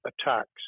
attacks